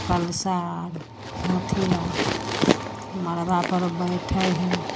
कलशा आर हाथी आर मड़बापर बैठै हइ